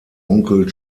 onkel